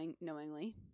knowingly